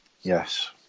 Yes